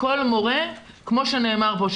כל מורה כמו שנאמר פה,